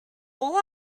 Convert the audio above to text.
all